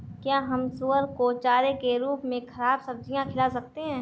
क्या हम सुअर को चारे के रूप में ख़राब सब्जियां खिला सकते हैं?